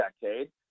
decade